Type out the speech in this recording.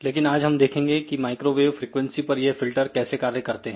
लेकिन आज हम देखेंगे की माइक्रोवेव फ्रिकवेंसी पर यह फिल्टर कैसे कार्य करते हैं